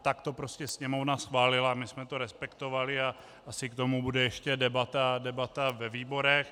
Tak to prostě Sněmovna schválila a my jsme to respektovali a asi k tomu bude ještě debata ve výborech.